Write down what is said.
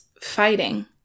fighting